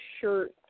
shirt